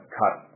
cut